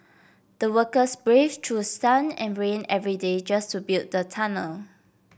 the workers braved through sun and rain every day just to build the tunnel